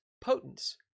Potence